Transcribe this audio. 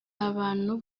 abantu